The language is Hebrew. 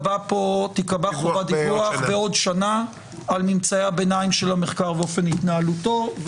שתיקבע חובת דיווח בעוד שנה על ממצאי הביניים של המחקר ואופן התנהלותו.